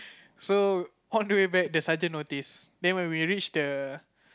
so on the way back the sergeant noticed then when we reach the